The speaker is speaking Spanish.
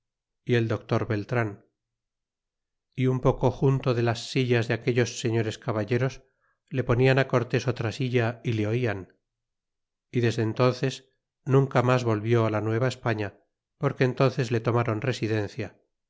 y el doctor deliran y un poco junto de las sillas de aquellos señores caballeros le ponian cortés otra silla é le oian y desde entónces nunca mas volvió la nueva españa porque entnces le tomaron residencia